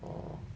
orh